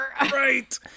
Right